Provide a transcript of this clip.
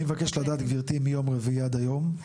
אני מבקש לדעת גברתי מיום רביעי עד היום,